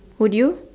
would you